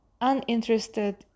uninterested